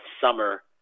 Summer